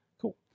cool